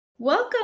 welcome